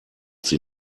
sie